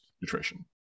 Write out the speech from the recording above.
nutrition